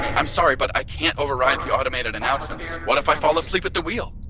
i'm sorry, but i can't override the automated announcements. what if i fall asleep at the wheel?